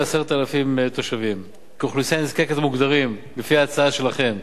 10,000. אוכלוסייה נזקקת מוגדרים לפי ההצעה שלכם: